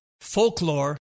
folklore